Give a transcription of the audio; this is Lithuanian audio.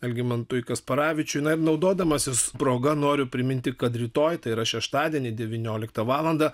algimantui kasparavičiui na ir naudodamasis proga noriu priminti kad rytoj tai yra šeštadienį devynioliktą valandą